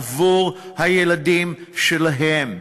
עבור הילדים שלהם,